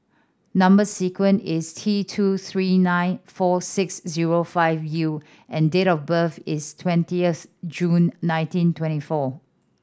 number sequence is T two three nine four six zero five U and date of birth is twentieth June nineteen twenty four